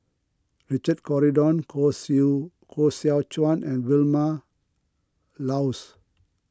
Richard Corridon Koh Koh Seow Chuan and Vilma Laus